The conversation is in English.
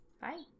Bye